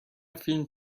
فیلم